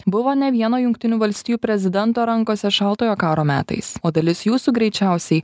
buvo ne vieno jungtinių valstijų prezidento rankose šaltojo karo metais o dalis jūsų greičiausiai